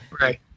Right